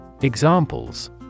Examples